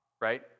right